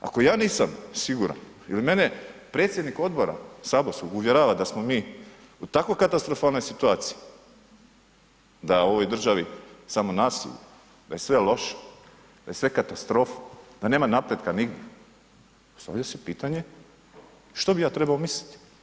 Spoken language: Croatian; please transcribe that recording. Ako ja nisam siguran ili mene predsjednik odbora saborskog uvjerava da smo mi u tako katastrofalnoj situaciji, da je u ovoj državi samo nasilje, da je sve loše, da je sve katastrofa, da nema napretka nigdje, postavlja se pitanje što bi ja trebao misliti?